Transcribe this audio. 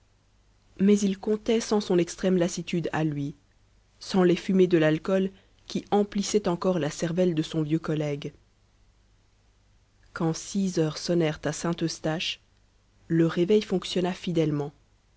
mais il comptait sans son extrême lassitude à lui sans les fumées de l'alcool qui emplissaient encore la cervelle de son vieux collègue quand six heures sonnèrent à saint-eustache le réveil fonctionna fidèlement